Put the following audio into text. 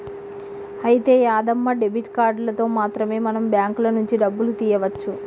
అయితే యాదమ్మ డెబిట్ కార్డులతో మాత్రమే మనం బ్యాంకుల నుంచి డబ్బులు తీయవచ్చు